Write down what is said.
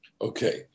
Okay